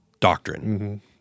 doctrine